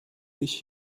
ich